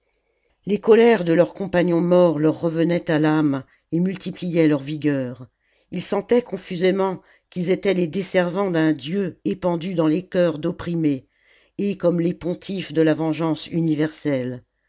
les colères de leurs compagnons morts leur revenaient à l'âme et multipliaient leur vigueur ils sentaient confusément qu'ils étaient les desservants d'un dieu épandu dans les cœurs d'opprimés et comme les pontifes de la vengeance universelle